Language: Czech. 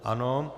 Ano.